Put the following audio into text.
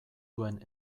duen